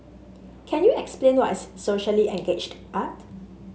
can you explain what is socially engaged art